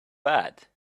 bad